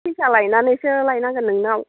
फैसा लायनानैसो लायनांगोन नोंनाव